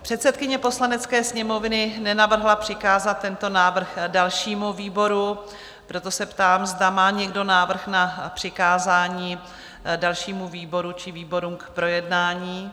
Předsedkyně Poslanecké sněmovny nenavrhla přikázat tento návrh dalšímu výboru, proto se ptám, zda má někdo návrh na přikázání dalšímu výboru či výborům k projednání?